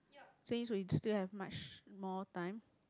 since we still have much more time